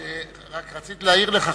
רק רציתי להעיר לך,